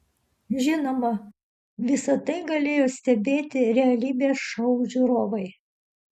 žinoma visa tai galėjo stebėti realybės šou žiūrovai